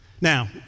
Now